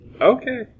Okay